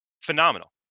phenomenal